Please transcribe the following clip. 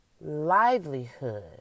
livelihood